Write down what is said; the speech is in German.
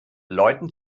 leuten